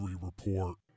report